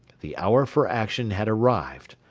the hour for action had arrived,